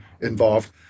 involved